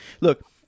Look